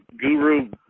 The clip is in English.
guru